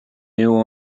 new